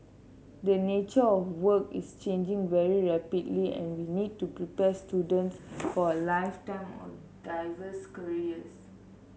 the nature of work is changing very rapidly and we need to prepare students for a lifetime of diverse careers